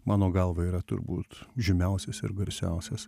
mano galva yra turbūt žymiausias ir garsiausias